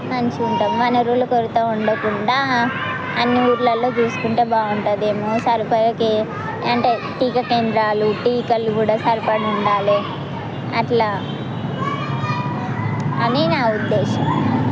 మంచిగా ఉంటాం వనరుల కొరతలు ఉండకుండా అన్నీ ఊళ్ళలో చూసుకుంటే బాగుంటదేమో సరిపడ కేం అంటే టీకా కేంద్రాలు టీకాలు కూడా సరిపడి ఉండాలి అట్లా అని నా ఉద్దేశం